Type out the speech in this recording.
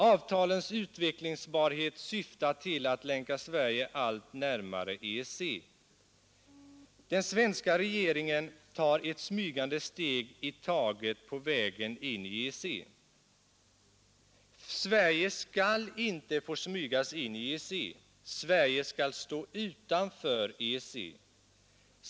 Avtalens utvecklingsbarhet syftar till att länka Sverige allt närmare EEC. Den svenska regeringen tar ett smygande steg i taget på vägen in i EEC. Sverige skall inte få smygas in i EEC! Sverige skall stå utanför EEC.